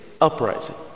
Uprising